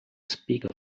speak